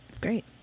great